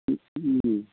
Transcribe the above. ओम